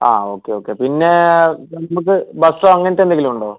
ആ okay okay പിന്നെ നമുക്ക് ബസോ അങ്ങനത്തെ എന്തെങ്കിലും ഉണ്ടോ